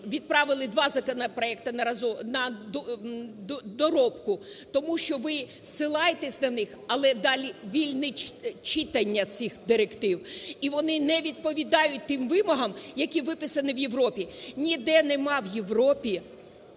відправили два законопроекти на доробку. Тому що ви посилаєтеся на них, але далі вільне читання цих директив, і вони не відповідають тим вимогам, які виписані в Європі. Ніде немає в Європі,